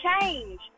change